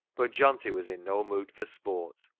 but johnty was in no mood for sport,